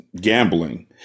gambling